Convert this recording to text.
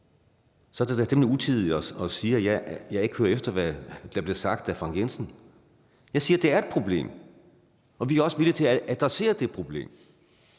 så er det da utidigt at sige, at jeg ikke hører efter, hvad der blev sagt af Frank Jensen. Jeg siger, at det er et problem, og vi er også villige til at adressere det problem.